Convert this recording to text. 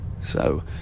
So